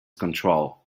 control